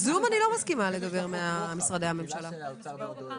אני לא מסכימה שמשרדי הממשלה ידברו ב-זום.